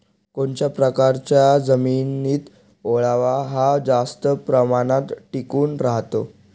कोणत्या प्रकारच्या जमिनीत ओलावा हा जास्त प्रमाणात टिकून राहतो?